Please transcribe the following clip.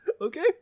Okay